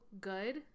good